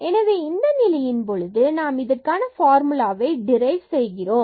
எனவே இந்த நிலையின் போது நாம் இதற்கான ஃபார்முலாவை டிரைவ் செய்கிறோம்